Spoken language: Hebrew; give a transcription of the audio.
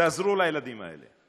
תעזרו לילדים האלה.